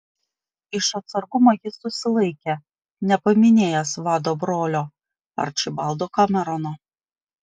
iš atsargumo jis susilaikė nepaminėjęs vado brolio arčibaldo kamerono